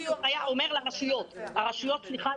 אומר לרשויות המקומיות,